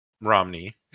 Romney